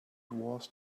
was